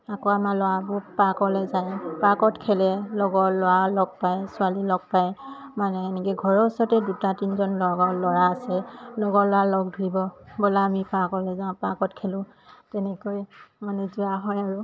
আকৌ আমাৰ ল'ৰাবোৰ পাৰ্কলে যায় পাৰ্কত খেলে লগৰ ল'ৰা লগ পায় ছোৱালী লগ পায় মানে এনেকে ঘৰৰ ওচৰতে দুটা তিনজন লগৰ ল'ৰা আছে লগৰ ল'ৰা লগ ধৰিব আমি পাৰ্কলে যাওঁ পাৰ্কত খেলোঁ তেনেকৈ মানে যোৱা হয় আৰু